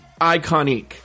iconic